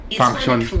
function